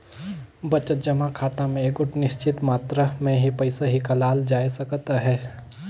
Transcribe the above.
बचत जमा खाता में एगोट निच्चित मातरा में ही पइसा हिंकालल जाए सकत अहे